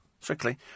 Strictly